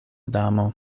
damo